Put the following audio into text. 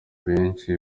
benshi